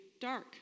dark